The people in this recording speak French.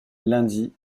lundi